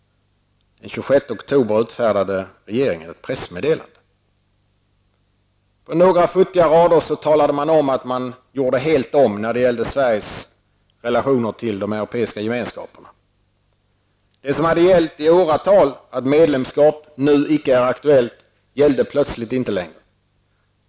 Då utfärdade regeringen ett pressmeddelande. På några futtiga rader talade man om att man gjorde helt om när det gällde Sveriges relationer till den Europeiska gemenskapen. Det som hade gällt i åratal -- att medlemskap nu icke är aktuellt -- gällde plötsligt inte längre.